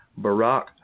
Barack